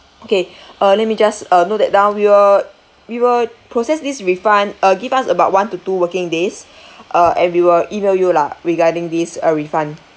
okay uh let me just uh note that down we will we will process this refund uh give us about one to two working days uh and we will email you lah regarding this uh refund